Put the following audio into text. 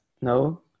no